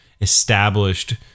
established